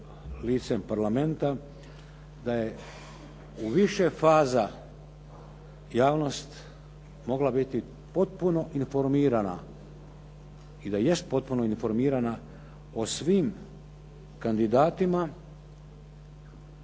da je u više faza javnost mogla biti potpuno informirana i da jest potpuno informirana o svim kandidatima